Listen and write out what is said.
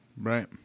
Right